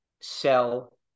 sell